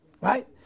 Right